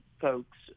folks